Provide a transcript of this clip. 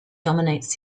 dominates